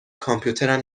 کامپیوترم